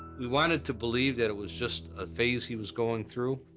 we wanted to believe that it was just a phase he was going through.